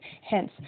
Hence